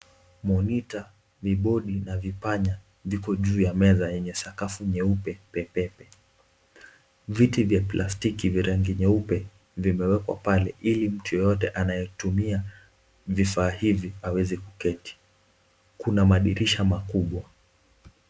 Monita, vibodi na vipanya viko juu ya meza yenye sakafu nyeupe pepepe, viti vya plastiki vya rangi nyeupe vimewekwa pale ili mtu yoyote anayetumia vifaa hivi anaweze kuketi, kuna madirisha makubwa.